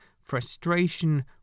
frustration